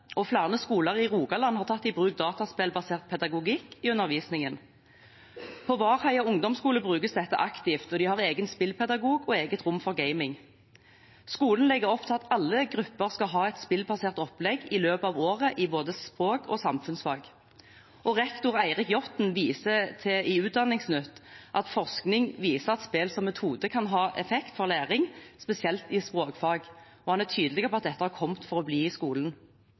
og flere skoler i Rogaland har tatt i bruk dataspillbasert pedagogikk i undervisningen. På Vardheia ungdomsskule brukes dette aktivt, og de har egen spillpedagog og eget rom for gaming. Skolen legger opp til at alle grupper skal ha et spillbasert opplegg i løpet av året i både språk og samfunnsfag. Rektor Eirik Jåtten viser til i Utdanningsnytt at forskning viser at spill som metode kan ha en effekt for læring, spesielt i språkfag, og han er tydelig på at dette er kommet for å bli i skolen.